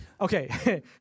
Okay